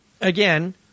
Again